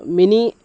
mini